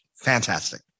Fantastic